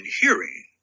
hearing